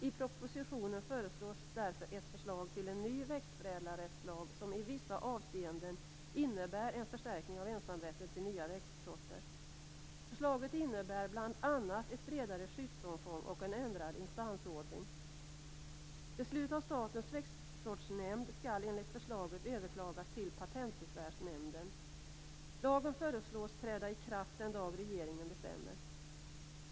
I propositionen föreslås därför ett förslag till en ny växtförädlarrättslag som i vissa avseenden innebär en förstärkning av ensamrätten till nya växtsorter. Förslaget innebär bl.a. ett bredare skyddsomfång och en ändrad instansordning. Beslut av Statens växtsortnämnd skall enligt förslaget överklagas till Patentbesvärsnämnden. Lagen föreslås träda i kraft den dag regeringen bestämmer.